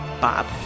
Bob